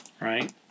Right